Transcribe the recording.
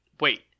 wait